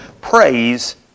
praise